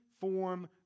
form